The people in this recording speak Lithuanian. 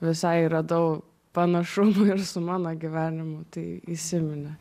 visai radau panašumų ir su mano gyvenimu tai įsiminė